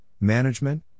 management